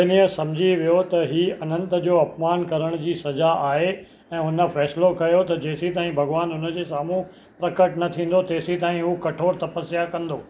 डिने समुझी वियो त हीउ अनंत जो अपमानु करण जी सज़ा आहे ऐं हुन फ़ैसिलो कयो त जेसीताईं भॻवानु हुनजे साम्हूं प्रकटु न थींदो तेसीताईं हू कठोरु तपस्या कंदो